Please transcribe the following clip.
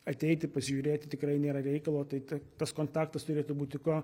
ateiti pasižiūrėti tikrai nėra reikalo tai tas kontaktas turėtų būti kuo